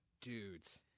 Dudes